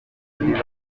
indi